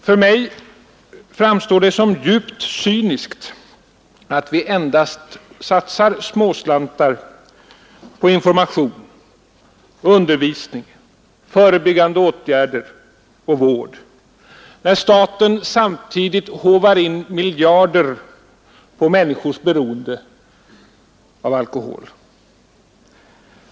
För mig framstår det som djupt cyniskt att vi endast satsar småslantar på information, undervisning, förebyggande åtgärder och vård, när staten samtidigt håvar in miljarder på människors beroende av alkohol.